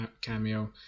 cameo